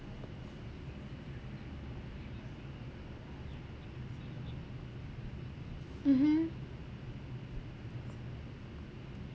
mmhmm